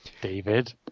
David